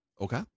Okay